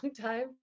time